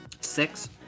Six